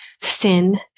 sin